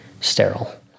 sterile